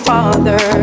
Father